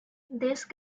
these